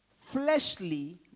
fleshly